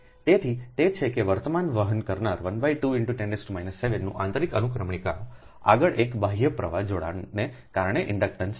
તેથી તે તે છે કે વર્તમાન વહન કરનાર12×10 7નું આંતરિક અનુક્રમણિકા આગળનું એક બાહ્ય પ્રવાહ જોડાણને કારણે ઇન્ડક્ટન્સ છે